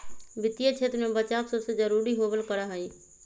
वित्तीय क्षेत्र में बचाव सबसे जरूरी होबल करा हई